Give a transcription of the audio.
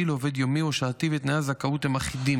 לעובד יומי או שעתי ותנאי הזכאות הם אחידים.